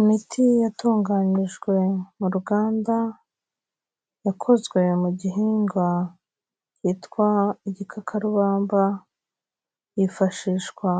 Imiti yatunganirijwe mu ruganda, yakozwe mu gihingwa cyitwa igikakarubamba, yifashishwa